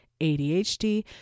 ADHD